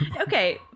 Okay